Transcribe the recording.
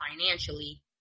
financially